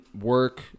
work